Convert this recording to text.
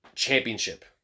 championship